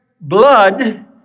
blood